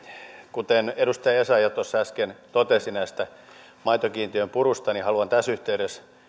kuten edustaja essayah tuossa äsken totesi näistä maitokiintiön puruista niin haluan tässä yhteydessä